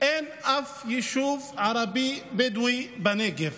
אין אף יישוב ערבי בדואי בנגב.